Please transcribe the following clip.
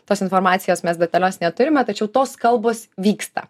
tos informacijos mes detalios neturime tačiau tos kalbos vyksta